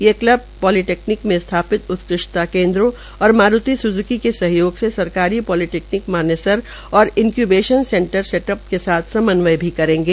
ये club polytechnic के स्थापित उतकृष्टता केन्द्रों और मारूति स्ज्की के सहयोग से सरकारी पालिटैक्टनिक मानेसर और इन्क्यूबेशन सेंटर सेटअप के साथ समन्वय भी करेंगे